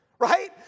right